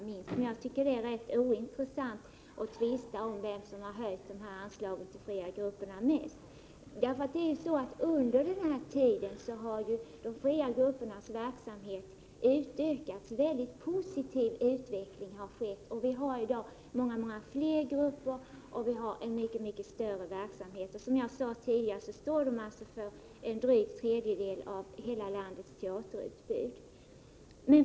Men jag tycker det är rätt ointressant att tvista om vem som har höjt anslagen till de fria grupperna mest. Under den här tiden har de fria gruppernas verksamhet utökats. Det har skett en mycket positiv utveckling, och vi har i dag många fler grupper och en mycket större verksamhet. Som jag sade tidigare står dessa grupper för drygt en tredjedel av hela landets teaterutbud.